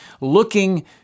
looking